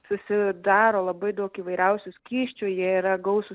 susidaro labai daug įvairiausių skysčių jie yra gausūs